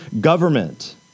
government